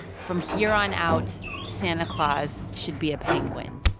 from here on out, santa claus should be a penguin.